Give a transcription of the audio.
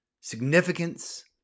significance